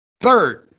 Third